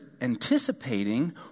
anticipating